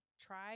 try